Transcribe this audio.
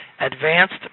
advanced